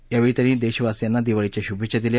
यावेळी त्यांनी देशवासीयांना दिवाळीच्या श्भेच्छा दिल्या